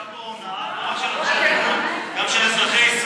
הייתה פה הונאה לא רק של שרי הליכוד,